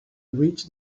reach